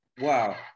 Wow